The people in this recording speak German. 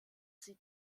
sie